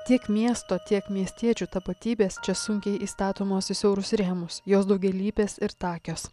tiek miesto tiek miestiečių tapatybės čia sunkiai įstatomos į siaurus rėmus jos daugialypės ir takios